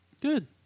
Good